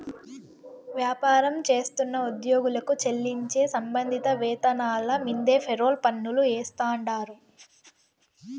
వ్యాపారం చేస్తున్న ఉద్యోగులకు చెల్లించే సంబంధిత వేతనాల మీన్దే ఫెర్రోల్ పన్నులు ఏస్తాండారు